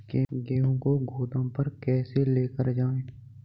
गेहूँ को गोदाम पर कैसे लेकर जाएँ?